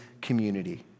community